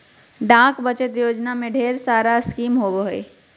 डाक बचत योजना में ढेर सारा स्कीम होबो हइ